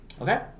Okay